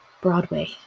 Broadway